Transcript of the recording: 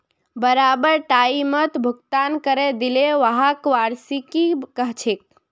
बराबर टाइमत भुगतान करे दिले व्हाक वार्षिकी कहछेक